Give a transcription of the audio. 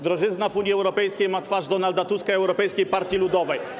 Drożyzna w Unii Europejskiej ma twarz Donalda Tuska i Europejskiej Partii Ludowej.